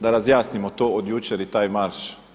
Da razjasnimo to od jučer i taj marš.